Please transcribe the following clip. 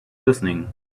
listening